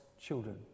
children